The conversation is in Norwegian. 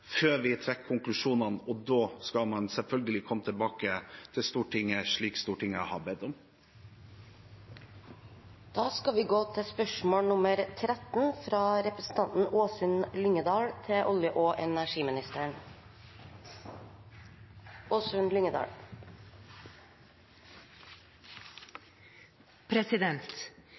før vi trekker konklusjonene. Da skal man selvfølgelig komme tilbake til Stortinget, slik Stortinget har bedt om. Vi går da til spørsmål 13.